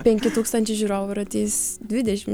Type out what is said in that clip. penki tūkstančiai žiūrovų ir ateis dvidešimt